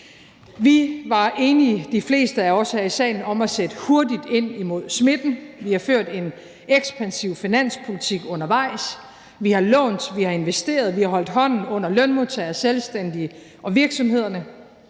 Vi var enige – de fleste af os her i salen – om at sætte hurtigt ind imod smitten. Vi har ført en ekspansiv finanspolitik undervejs; vi har lånt, vi har investeret, vi har holdt hånden under lønmodtagere, selvstændige og virksomhederne.